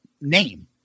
name